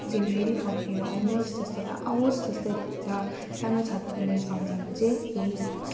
त्यो दिन फेरि फर्किएर आउनु होस् जस्तो ला आवोस् जस्तै लाग्छ सानो छँदाको मेरो सम्झना चाहिँ यही हो